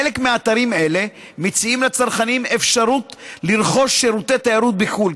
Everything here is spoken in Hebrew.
חלק מאתרים אלה מציעים לצרכנים אפשרות לרכוש שירותי תיירות בחו"ל,